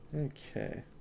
Okay